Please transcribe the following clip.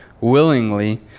willingly